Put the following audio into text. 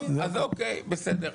טוב, אז אוקיי, בסדר.